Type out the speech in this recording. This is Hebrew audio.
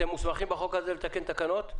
אתם מוסמכים בחוק הזה להתקין תקנות?